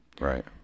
Right